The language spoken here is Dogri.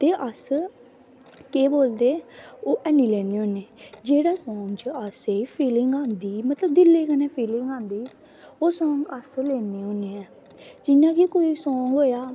ते अस केह् बोलदे हैन्नी लैन्ने होन्ने जेह्ड़े सांग च असें गी दिलै कन्नै फिलिंग औंदी ओह् सांग अस लैन्ने होन्ने आं जि'यां बी कोई सांग होएआ